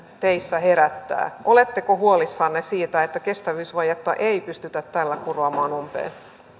teissä herättävät oletteko huolissanne siitä että kestävyysvajetta ei pystytä tällä kuromaan umpeen